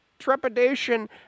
trepidation